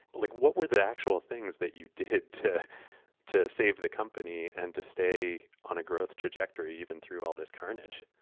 like what were the actual things that you did to to save the company and to stay on a growth trajectory even through all this carnage?